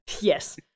Yes